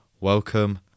Welcome